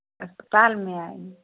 अस्पताल में आई